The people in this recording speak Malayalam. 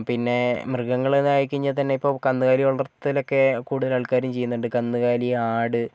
പിന്നെ മൃഗങ്ങളെന്നായിക്കഴിഞ്ഞാൽ തന്നെ ഇപ്പോൾ കന്നുകാലി വളർത്തലൊക്കെ കൂടുതൽ ആൾക്കാരും ചെയ്യുന്നുണ്ട് കന്നുകാലി ആട്